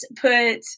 put